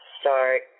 start